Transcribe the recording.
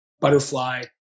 butterfly